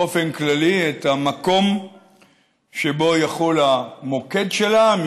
באופן כללי את המקום שבו יחול המוקד שלה,